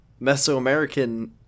Mesoamerican